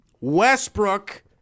Westbrook